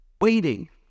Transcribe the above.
Waiting